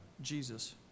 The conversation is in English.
Jesus